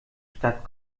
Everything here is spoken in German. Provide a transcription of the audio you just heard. statt